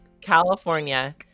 California